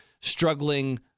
struggling